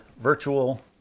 Virtual